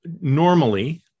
normally